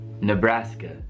Nebraska